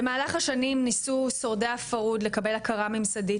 במהלך השנים ניסו שורדי הפרהוד, לקבל הכרה ממסדית